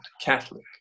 Catholic